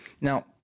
Now